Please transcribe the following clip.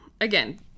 Again